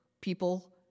people